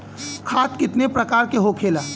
खाद कितने प्रकार के होखेला?